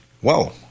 Whoa